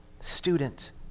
student